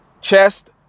chest